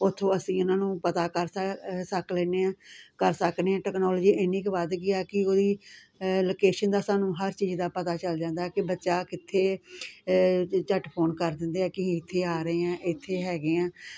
ਉਥੋਂ ਅਸੀਂ ਇਹਨਾਂ ਨੂੰ ਪਤਾ ਕਰ ਸ ਸਕ ਲੈਦੇ ਹਾਂ ਕਰ ਸਕਦੇ ਹਾਂ ਟੈਕਨੋਲੋਜੀ ਇੰਨੀ ਕੁ ਵੱਧ ਗਈ ਆ ਕਿ ਉਹਦੀ ਲੋਕੇਸ਼ਨ ਦਾ ਸਾਨੂੰ ਹਰ ਚੀਜ਼ ਦਾ ਪਤਾ ਚੱਲ ਜਾਂਦਾ ਆ ਕਿ ਬੱਚਾ ਕਿੱਥੇ ਝੱਟ ਫੋਨ ਕਰ ਦਿੰਦੇ ਆ ਕਿ ਇੱਥੇ ਆ ਰਹੇ ਹਾਂ ਇੱਥੇ ਹੈਗੇ ਹਾਂ ਅਤੇ